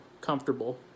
comfortable